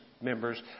members